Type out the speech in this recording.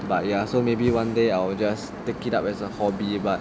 but ya so maybe one day I will just take it up as a hobby but